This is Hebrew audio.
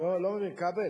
אני לא מבין, כבל,